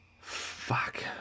Fuck